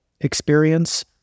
experience